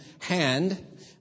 hand